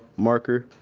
marker,